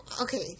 Okay